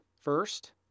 first